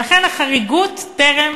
לכן החריגוּת טרם,